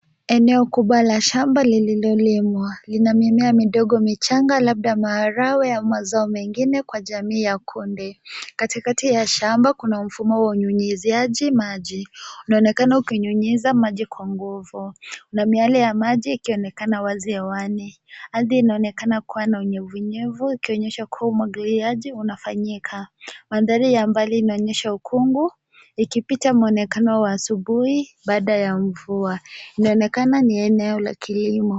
Eneo kubwa la shamba lililolimwa lina mimea midogo michanga labda maharagwe au mazao mengine kwa jamii ya kunde. Katikati ya shamba kuna mfumo wa unyunyuziaji maji unaonekana ukinyunyiza maji kwa nguvu na miale ya maji ikionekana wazi hewani. Ardhi inaonekana kuwa na unyevunyevu ikionyesha kuwa umwagiliaji unafanyika. Mandhari ya mbali inaonyesha ukungu ikipita mwonekano wa asubuhi baada ya mvua. Inaonekana ni eneo la kilimo.